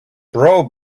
pro